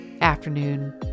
afternoon